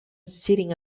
sitting